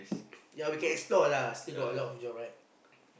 ya we can explore lah still got a lot of job right